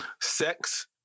sex